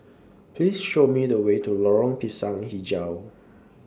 Please Show Me The Way to Lorong Pisang Hijau